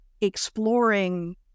exploring